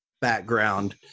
background